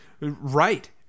Right